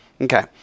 Okay